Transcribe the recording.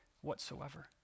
whatsoever